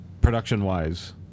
production-wise